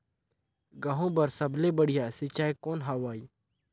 गहूं बर सबले बढ़िया सिंचाई कौन हवय?